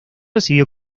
recibió